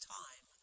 time